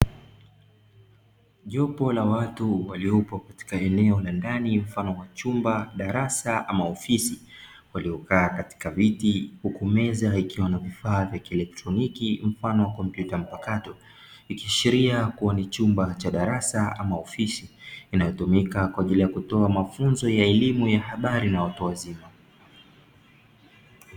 Yupo na watu waliopo katika eneo la ndani mfano wa chumba darasa. ama offisi, waliokaa katika viti huku meza ikiwa na vifaa vya kielektoniki. mfano kompyuta mpakatoi ikiashiria kuwa ni chumba cha darasa ama offisi inayotumia kwa ajili ya kutoa mafunzo ya elimu ya habari na watu wazima. .